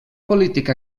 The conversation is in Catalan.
polític